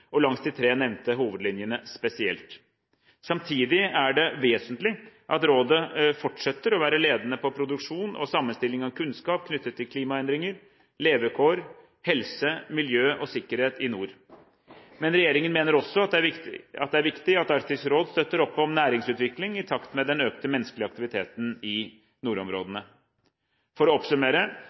og langs de tre nevnte hovedlinjene spesielt. Samtidig er det vesentlig at rådet fortsetter å være ledende på produksjon og sammenstilling av kunnskap knyttet til klimaendringer, levekår, helse, miljø og sikkerhet i nord. Men regjeringen mener også at det er viktig at Arktisk råd støtter opp om næringsutvikling i takt med den økte menneskelige aktiviteten i nordområdene. For å oppsummere